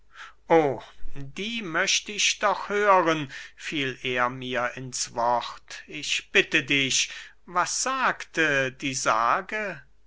die möcht ich doch hören fiel er mir ins wort ich bitte dich was sagte die sage